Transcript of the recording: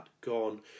gone